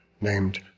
Named